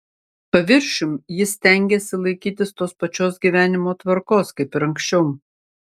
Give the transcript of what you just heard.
paviršium jis stengėsi laikytis tos pačios gyvenimo tvarkos kaip ir anksčiau